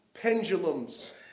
pendulums